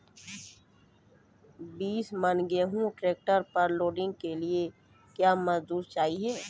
बीस मन गेहूँ ट्रैक्टर पर लोडिंग के लिए क्या मजदूर चाहिए?